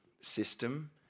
system